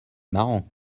marrant